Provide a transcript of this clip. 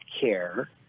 care